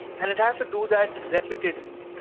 and it has to do that repeatedly,